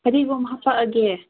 ꯐꯗꯤꯒꯣꯝ ꯍꯥꯞꯄꯛꯑꯒꯦ